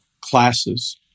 classes